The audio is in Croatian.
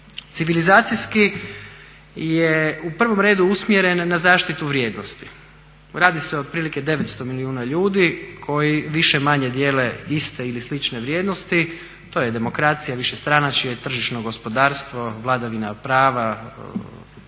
Civilizacijski je u prvom redu usmjeren na zaštitu vrijednosti. Radi se o otprilike 900 milijuna ljudi koji više-manje dijele iste ili slične vrijednosti. To je demokracija, višestranačje, tržišno gospodarstvo, vladavina prava,